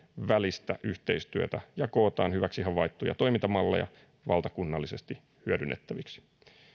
välistä yhteistyötä ja kootaan hyväksi havaittuja toimintamalleja valtakunnallisesti hyödynnettäviksi